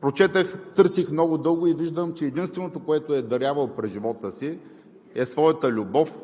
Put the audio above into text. Прочетох, търсих много дълго и виждам, че единственото, което е дарявал през живота си, е своята любов,